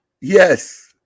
yes